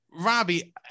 Robbie